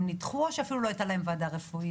הם נדחו או שאפילו לא הייתה להם ועדה רפואית?